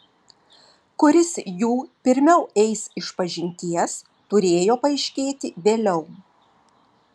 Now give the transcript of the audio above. kuris jų pirmiau eis išpažinties turėjo paaiškėti vėliau